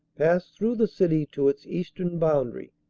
passed through the city to its eastern boundary.